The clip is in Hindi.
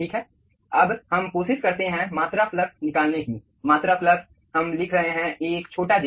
ठीक है अब हम कोशिश करते हैं मात्रा फ्लक्स निकालने की मात्रा फ्लक्स हम लिख रहे हैं एक छोटा j